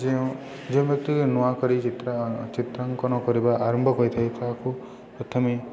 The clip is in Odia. ଯେଉଁ ଯେଉଁ ବ୍ୟକ୍ତି ନୂଆ କରି ଚିତ୍ର ଚିତ୍ରାଙ୍କନ କରିବା ଆରମ୍ଭ କରିଥାଏ ତାହାକୁ ପ୍ରଥମେ